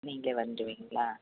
நீங்களே வந்துடுவிங்களா